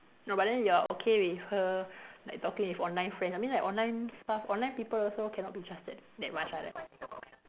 no but then you are okay with her like talking with online friends I mean like online stuff online people also cannot be trusted that much ah right